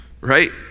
right